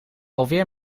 alweer